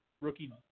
rookie –